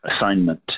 assignment